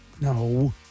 No